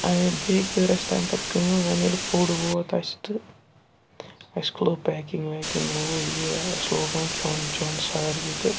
بیٚیہِ کٔر اَسہِ تَمہِ پَتہٕ کٲم وۄنۍ ییٚلہِ فُڈ ووت اَسہِ تہٕ اَسہِ کھُلو پیکِنٛگ ویکِنٛگ ہُہ یہِ اَسہِ لوگ وۄنۍ کھیوٚن چیوٚن ساروٕے تہٕ